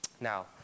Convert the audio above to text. Now